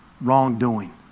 wrongdoing